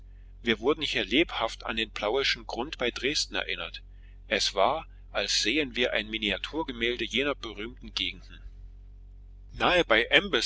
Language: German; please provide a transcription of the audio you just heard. wir wurden hier lebhaft an den plauischen grund bei dresden erinnert es war als sähen wir ein miniaturgemälde jener berühmten gegenden nahe bei